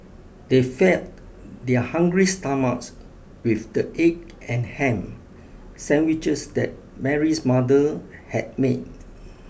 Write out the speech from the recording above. they fed their hungry stomachs with the egg and ham sandwiches that Mary's mother had made